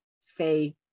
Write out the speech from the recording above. say